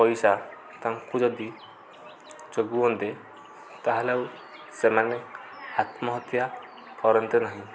ପଇସା ତାଙ୍କୁ ଯଦି ତା'ହେଲେ ଆଉ ସେମାନେ ଆତ୍ମହତ୍ୟା କରନ୍ତେ ନାହିଁ